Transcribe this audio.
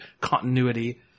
continuity